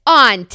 on